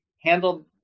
handled